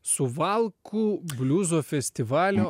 suvalkų bliuzo festivalio